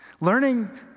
Learning